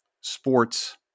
sports